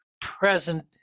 present